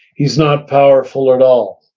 he's not powerful at all.